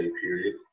period